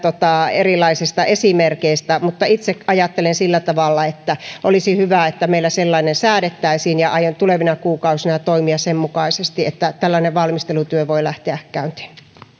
erilaisista esimerkeistä itse ajattelen sillä tavalla että olisi hyvä että meillä sellainen säädettäisiin ja aion tulevina kuukausina toimia sen mukaisesti että tällainen valmistelutyö voi lähteä käyntiin